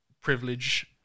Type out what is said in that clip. privilege